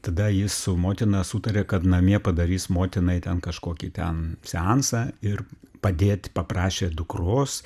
tada ji su motina sutarė kad namie padarys motinai ten kažkokį ten seansą ir padėt paprašė dukros